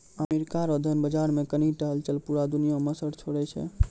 America रो धन बाजार मे कनी टा हलचल पूरा दुनिया मे असर छोड़ै छै